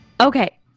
Okay